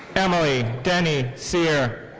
emily dennie sear.